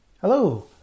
Hello